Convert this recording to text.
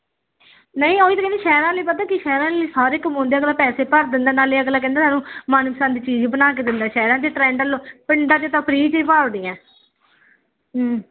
ਨਹੀਂ ਉਹ ਤਾਂ ਕਹਿੰਦੀ ਸ਼ਹਿਰ ਵਾਲੇ ਪਤਾ ਕੀ ਸ਼ਹਿਰਾਂ ਵਿੱਚ ਤਾਂ ਸਾਰੇ ਕਮਾਉਂਦੇ ਆ ਨਾਲੇ ਪੈਸੇ ਭਰ ਦਿੰਦਾ ਨਾਲੇ ਅਗਲਾ ਕਹਿੰਦਾ ਸਾਨੂੰ ਮਨਪਸੰਦ ਚੀਜ਼ ਬਣਾ ਕੇ ਦਿੰਦਾ ਸ਼ਹਿਰਾਂ 'ਚ ਟਰੈਂਡ ਲ ਪਿੰਡਾਂ ਵਿੱਚ ਤਾਂ ਫਰੀ ਵਿੱਚ ਭਾਲਦੀਆਂ ਹਮ